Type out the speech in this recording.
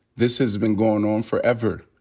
this has been goin' on forever.